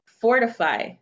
fortify